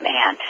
Man